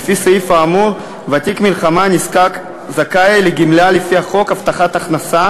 לפי הסעיף האמור ותיק מלחמה נזקק הזכאי לגמלה לפי חוק הבטחת הכנסה